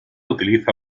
utiliza